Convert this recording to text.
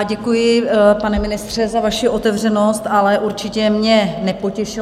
Děkuji, pane ministře, za vaši otevřenost, ale určitě mě nepotěšila.